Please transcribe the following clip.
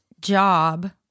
job